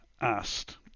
asked